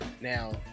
Now